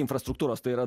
infrastruktūros tai yra